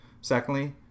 Secondly